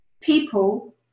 People